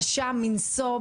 קשה מנשוא,